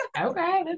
Okay